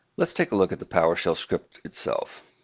let's take a look at the powershell script itself.